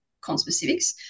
conspecifics